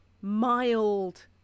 mild